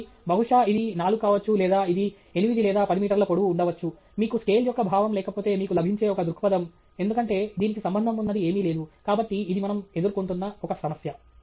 కాబట్టి బహుశా ఇది 4 కావచ్చు లేదా ఇది 8 లేదా 10 మీటర్ల పొడవు ఉండవచ్చు మీకు స్కేల్ యొక్క భావం లేకపోతే మీకు లభించే ఒక దృక్పథం ఎందుకంటే దీనికి సంబంధం ఉన్నది ఏమీ లేదు కాబట్టి ఇది మనము ఎదుర్కొంటున్న ఒక సమస్య